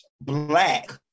black